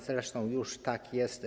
Zresztą już tak jest.